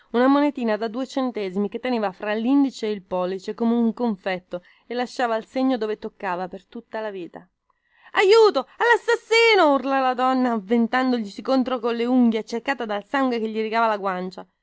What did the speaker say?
una monetina da due centesimi che teneva fra lindice e il pollice come un confetto e lasciava il segno dove toccava per tutta la vita aiuto allassassino urlò la donna avventandoglisi contro colle unghie accecata dal sangue che gli rigava la guancia